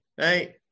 right